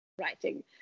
writing